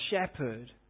shepherd